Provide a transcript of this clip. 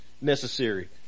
necessary